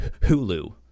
Hulu